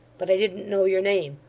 but i didn't know your name.